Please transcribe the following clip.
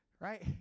Right